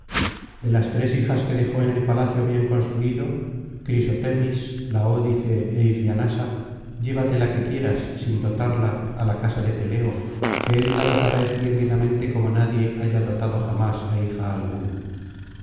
de las tres hijas que dejó en el palacio bien construido crisotemis laódice é ifíanasa llévate la que quieras sin dotarla á la casa de peleo que él la dotará espléndidamente como nadie haya dotado jamás á hija alguna